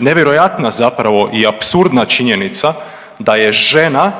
nevjerojatna zapravo i apsurdna činjenica da je žena